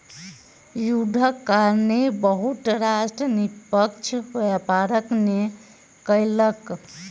युद्धक कारणेँ बहुत राष्ट्र निष्पक्ष व्यापार नै कयलक